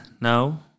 No